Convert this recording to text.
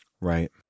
Right